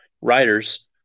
writers